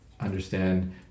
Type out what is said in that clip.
understand